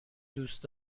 دوست